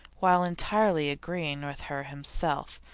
while entirely agreeing with her himself,